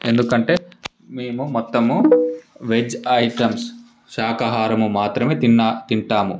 ఎందుకంటే మేము మొత్తము వెజ్ ఐటమ్స్ శాకాహారం మాత్రమే తిన్న తింటాము